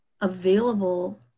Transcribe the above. available